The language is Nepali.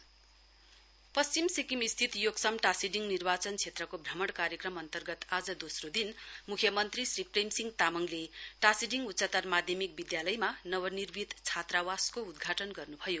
सीएम पश्चिम सिक्किम स्थित योक्सम टाशीडिङ निर्वाचन क्षेत्रको भ्रमण कार्यक्रम अन्तर्गत आज दोस्रो दिन मुख्यमन्त्री श्री प्रेम सिंह तामाङले टाशीडिङ उच्चतर माध्यमिक विद्यालयमा नवनिर्मित छात्रावासको उदघाटन गर्न् भयो